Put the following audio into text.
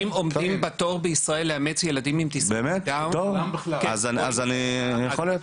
אנשים עומדים בתור בישראל לאמץ ילדים עם תסמונת דאון --- אז אני חולק,